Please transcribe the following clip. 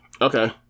Okay